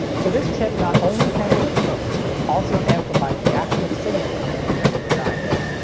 so this chip not only handles the focus, but it also amplifies the actual signal coming from the photodiodes.